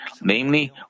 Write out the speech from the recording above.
Namely